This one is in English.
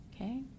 okay